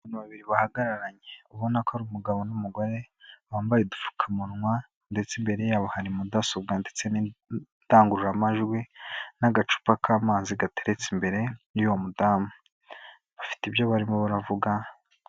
Abantu babiri bahagararanye ubona ko ari umugabo n'umugore bambaye udupfukamunwa ndetse imbere yabo hari mudasobwa ndetse n'idangururamajwi n'agacupa k'amazi gateretse imbere y'uwo mudamu bafite ibyo barimo baravuga...